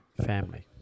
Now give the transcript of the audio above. family